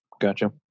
Gotcha